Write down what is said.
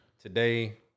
Today